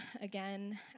again